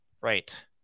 Right